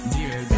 Dear